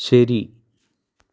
ശരി